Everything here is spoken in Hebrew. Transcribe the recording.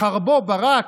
חרבו ברק,